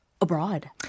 abroad